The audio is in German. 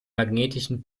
magnetischen